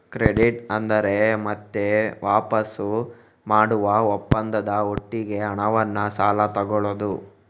credit ಅಂದ್ರೆ ಮತ್ತೆ ವಾಪಸು ಮಾಡುವ ಒಪ್ಪಂದದ ಒಟ್ಟಿಗೆ ಹಣವನ್ನ ಸಾಲ ತಗೊಳ್ಳುದು